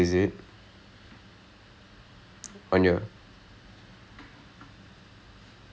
not with their companies but like for example like like there's so many platforms in I_T that